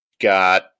got